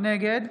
נגד